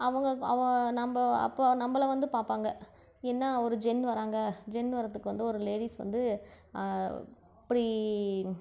அவங்க அவ நம்ம அப்போ நம்மள வந்து பார்ப்பாங்க என்ன ஒரு ஜென் வர்றாங்க ஜென் வர்றதுக்கு வந்து ஒரு லேடீஸ் வந்து இப்படி